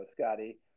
Scotty